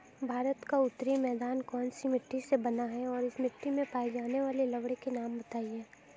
भारत का उत्तरी मैदान कौनसी मिट्टी से बना है और इस मिट्टी में पाए जाने वाले लवण के नाम बताइए?